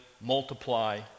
multiply